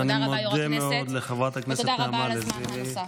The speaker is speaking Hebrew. תודה רבה, יו"ר הכנסת, ותודה רבה על הזמן הנוסף.